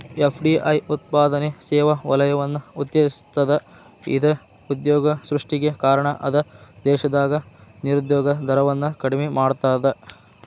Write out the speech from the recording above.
FDI ಉತ್ಪಾದನೆ ಸೇವಾ ವಲಯವನ್ನ ಉತ್ತೇಜಿಸ್ತದ ಇದ ಉದ್ಯೋಗ ಸೃಷ್ಟಿಗೆ ಕಾರಣ ಅದ ದೇಶದಾಗ ನಿರುದ್ಯೋಗ ದರವನ್ನ ಕಡಿಮಿ ಮಾಡ್ತದ